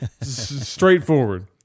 straightforward